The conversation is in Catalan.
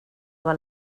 val